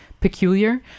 peculiar